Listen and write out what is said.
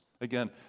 Again